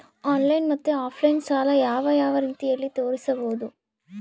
Online ಮತ್ತೆ offline ಸಾಲ ಯಾವ ಯಾವ ರೇತಿನಲ್ಲಿ ತೇರಿಸಬಹುದು?